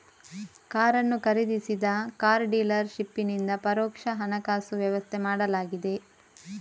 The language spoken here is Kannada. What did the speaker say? ಕಾರನ್ನು ಖರೀದಿಸಿದ ಕಾರ್ ಡೀಲರ್ ಶಿಪ್ಪಿನಿಂದ ಪರೋಕ್ಷ ಹಣಕಾಸು ವ್ಯವಸ್ಥೆ ಮಾಡಲಾಗಿದೆ